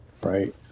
right